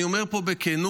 אני אומר פה בכנות,